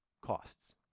costs